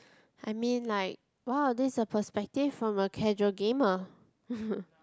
I mean like !wow! this is a perspective from a casual gamer